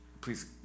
please